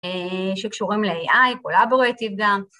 אא שקשורים ל-AI, קולאבורטיב גם.